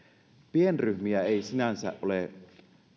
pienryhmiä ei sinänsä ole